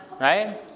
Right